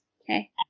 Okay